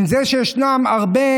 עם זה שיש הרבה